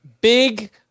Big